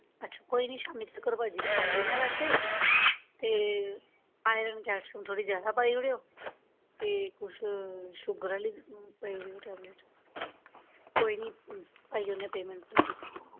अच्छा कोई निं शामीं तक्कर पाई दिन्ने आं पैसे ते आयरन कैलशियम थोह्ड़े जैदा पाई ओड़ेओ ते कुछ शूगर आह्ली पाई ओड़ेओ टैवलेट कोई निं पाई ओड़ने आं पेमैंट तुआढ़ी